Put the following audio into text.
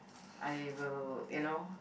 I will you know